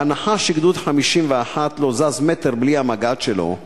בהנחה שגדוד 51 לא זז מטר בלי המג"ד שלו,